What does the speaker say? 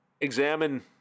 examine